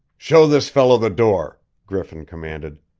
show this fellow the door! griffin commanded.